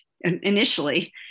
initially